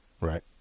Right